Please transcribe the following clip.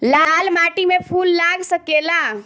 लाल माटी में फूल लाग सकेला?